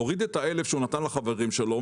הוריד את האישורים שהוא נתן לחברים שלו,